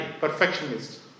perfectionist